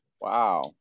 wow